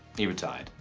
he retired.